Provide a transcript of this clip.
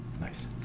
Nice